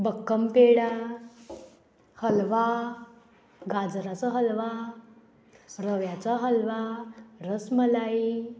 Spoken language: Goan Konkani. बक्कम पेडा हलवा गाजराचो हलवा रव्याचो हलवा रसमलाई